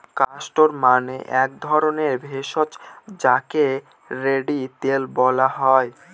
castor মানে এক ধরণের ভেষজ যাকে রেড়ি তেল বলা হয়